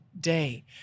day